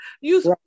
use